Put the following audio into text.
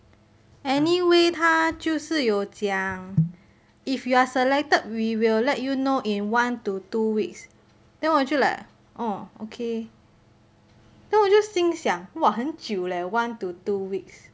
anyway 她就是有讲 if you are selected we will let you know in one to two weeks then 我就 like orh okay then 我就心想 !wah! 很久 leh one to two weeks